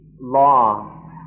law